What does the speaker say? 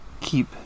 keep